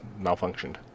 malfunctioned